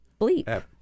bleep